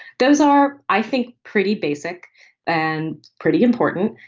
those are, i think, pretty basic and pretty important.